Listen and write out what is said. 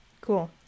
Cool